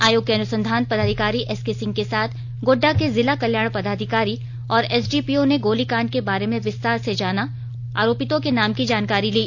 आयोग के अनुसंधान पदाधिकारी एसके सिंह के साथ गोड्डा के जिला कल्याण पदाधिकारी और एसडीपीओ ने गोली कांड के बारे में विस्तार से जाना और आरोपितों के नाम की जानकारी ली